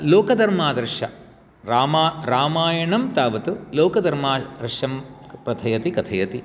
लोकधर्मादर्श रामायणं तावत् लोकधर्मादर्शं प्रथयति कथयति